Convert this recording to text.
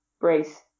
brace